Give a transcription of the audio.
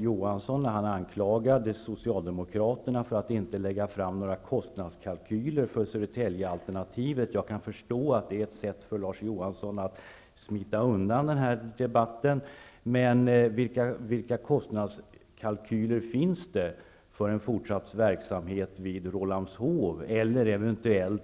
Johansson. Han anklagade Socialdemokraterna för att inte lägga fram några kostnadskalkyler för Södertäljealternativet. Jag kan förstå att det är ett sätt för Larz Johansson att smita undan debatten. Men vilka kostnadskalkyler finns för en fortsatt verksamhet vid Rålambshov eller en eventuell